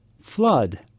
Flood